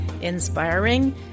inspiring